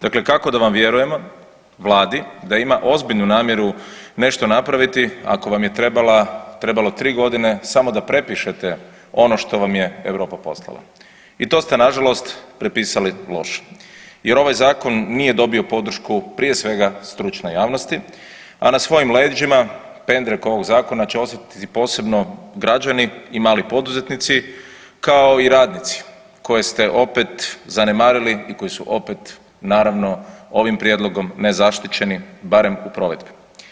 Dakle, kako da vam vjerujemo, Vladi, da ima ozbiljnu namjeru nešto napraviti ako vam je trebalo 3 godine samo da prepišete ono što vam je Europa poslala i to ste nažalost prepisali loše jer ovaj Zakon nije dobio podršku, prije svega, stručne javnosti, a na svojim leđima pendrek ovog Zakona će osjetiti posebno građani i mali poduzetnici, kao i radnici, koje ste opet zanemarili i koje su opet, naravno, ovim prijedlogom nezaštićeni, barem u provedbi.